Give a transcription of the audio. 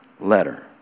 letter